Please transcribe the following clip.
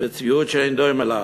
וצביעות שאין דומה להן.